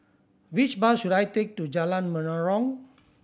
which bus should I take to Jalan Menarong